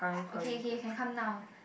oh k k you can come now